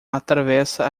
atravessa